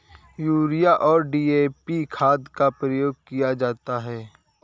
urea और DAP खाद का प्रयोग किया जाता है